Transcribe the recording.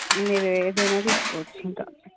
మీరేదైనా తీసుకోవచ్చు ఇంకా